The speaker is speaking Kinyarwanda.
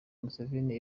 museveni